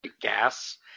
gas